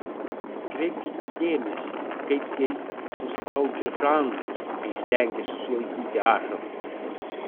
atkreipkite dėmesį kaip jei suspaudžia žandus kai stengiasi sulaikyti ašaras